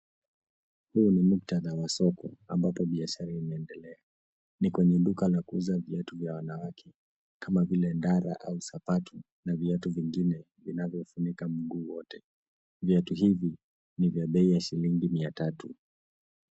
Huu ni muktadha wa soko ambapo biashara inaendelea. Ni kwenye duka la kuuza viatu vya wanawake kama vile ndala au sapatu na viatu vingine vinavyofunika mguu wote. Viatu hivi ni vya bei ya shilingi 300.